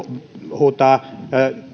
huutaa